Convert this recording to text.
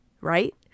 right